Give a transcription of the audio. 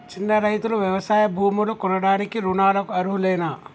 చిన్న రైతులు వ్యవసాయ భూములు కొనడానికి రుణాలకు అర్హులేనా?